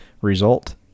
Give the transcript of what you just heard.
result